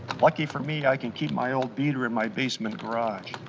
lucky for me, i can keep my old beater in my basement garage.